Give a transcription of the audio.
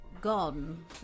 gone